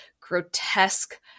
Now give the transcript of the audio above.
grotesque